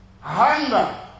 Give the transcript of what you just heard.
hunger